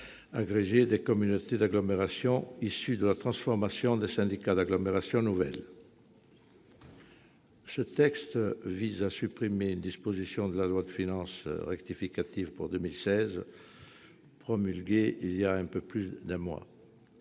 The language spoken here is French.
agrégé des communautés d'agglomération issues de la transformation des syndicats d'agglomération nouvelle. Ce texte vise à supprimer une disposition de la loi de finances rectificative pour 2016 promulguée voilà un peu plus d'un mois.